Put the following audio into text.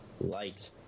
Light